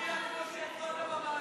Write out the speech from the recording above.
עפר, תצביע כמו שהצבעת בוועדה.